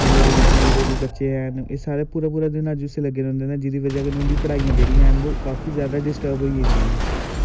स्कूले दे बिच्च जेह्ड़े बी बच्चे हैन एह् सारे पूरा पूरा दिन अज्ज उस्सी लग्गे रौंह्दे नै जेह्दी बज़ा कन्नै उं'दी पढ़ाईयां जेह्ड़ियां हैन ओह् काफी जादा डिस्टर्व होई जंदियां नै